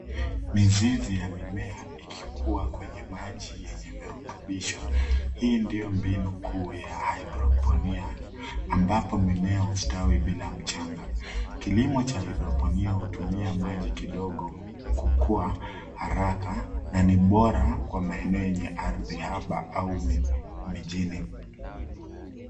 Mizizi ya mimea ikikua kwenye maji yenye virutubisho, hii ndiyo mbinu kuu ya hydroponia, ambapo mimea ustawi bila mchanga. Kilimo cha hydroponia hutumia maji kidogo kukuwa haraka, na ni bora kwa maeneo yenye ardhi hapa au miji mijini.